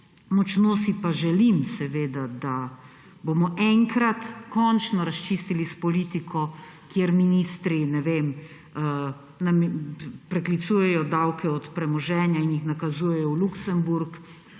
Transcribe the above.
Močno si pa želim, da bomo enkrat končno razčistili s politiko, kjer ministri preklicujejo davke od premoženja in jih nakazujejo v Luksemburg